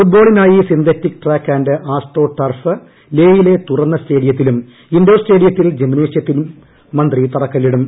ഫുട്ബോളിനായി synthetic track and astro turf ലേയിലെ തുറന്ന സ്റ്റേഡിയത്തിലും ഇൻഡോർ സ്റ്റേഡിയത്തിൽ ജിംനേഷ്യത്തിനും മന്ത്രി തറക്കല്പിടും